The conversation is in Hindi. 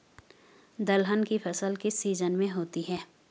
दलहन की फसल किस सीजन में होती है?